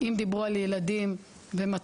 אם דיברו על ילדים במצב,